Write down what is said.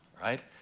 right